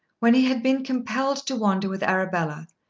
when he had been compelled to wander with arabella,